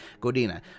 godina